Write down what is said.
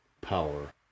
power